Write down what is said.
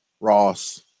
Ross